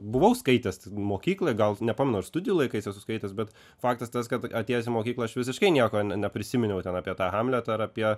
buvau skaitęs mokykloj gal nepamenu ar studijų laikais esu skaitęs bet faktas tas kad atėjęs į mokyklą aš visiškai nieko neprisiminiau ten apie tą hamletą ar apie